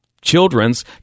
children's